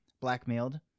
blackmailed